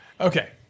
Okay